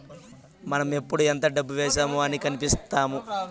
మనం ఎప్పుడు ఎంత డబ్బు వేశామో అన్ని కనిపిత్తాయి